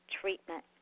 treatment